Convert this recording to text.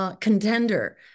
contender